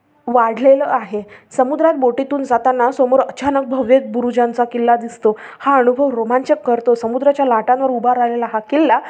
वाढलेलं आहे समुद्रात बोटीतून जाताना समोर अचाानक भव्य बुरुजांचा किल्ला दिसतो हा अनुभव रोमांचक करतो समुद्राच्या लाटांवर उभा राहिलेला हा किल्ला